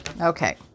Okay